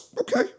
Okay